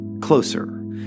closer